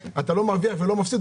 אתה לא מרוויח ולא מפסיד,